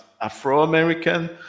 Afro-American